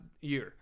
year